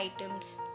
items